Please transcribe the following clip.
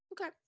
Okay